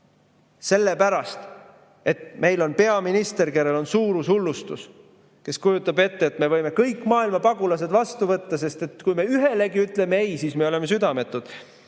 Sellepärast et meil on peaminister, kellel on suurushullustus, kes kujutab ette, et me võime kõik maailma pagulased vastu võtta, sest kui me ühelegi ütleme ei, siis me oleme südametud.